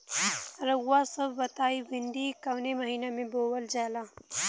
रउआ सभ बताई भिंडी कवने महीना में बोवल जाला?